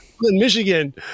michigan